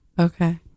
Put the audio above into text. Okay